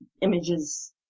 images